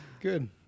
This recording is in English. good